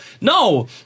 No